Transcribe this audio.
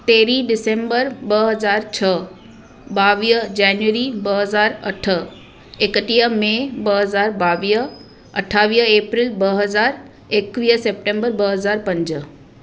तेरहीं डीसेम्बर ॿ हज़ार छ्ह ॿावीह जान्युआरी ॿ हज़ार अठ एकटीअ मे ॿ हज़ार ॿावीह अठावीह अप्रैल ॿ हज़ार एकवीह सेप्टेम्बर ॿ हज़ार पंज